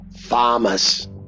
Farmers